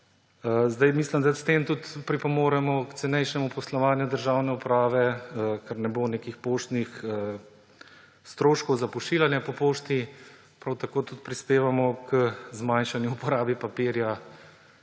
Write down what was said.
smer. Mislim, da s tem tudi pripomoremo k cenejšemu poslovanju državne uprave, ker ne bo nekih poštnih stroškov za pošiljanje po pošti. Prav tako prispevamo k zmanjšanju porabe papirja,